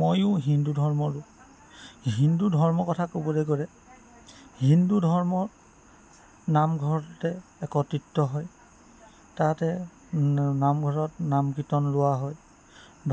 ময়ো হিন্দু ধৰ্মৰ লোক হিন্দু ধৰ্মৰ কথা কবলৈ গ'লে হিন্দু ধৰ্ম নামঘৰতে একত্ৰিত হয় তাতে নামঘৰত নাম কীৰ্তন লোৱা হয়